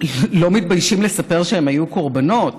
לא מתביישים לספר שהם היו קורבנות.